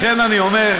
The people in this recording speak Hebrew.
לכן אני אומר,